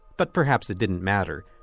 but perhaps it didn't matter.